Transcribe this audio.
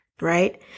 right